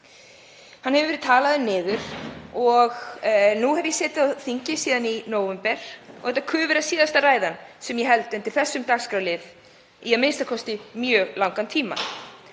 Hann hefur verið talaður niður og nú hef ég setið á þingi síðan í nóvember og þetta ku vera síðasta ræðan sem ég held undir þessum dagskrárlið í a.m.k. mjög langan tíma.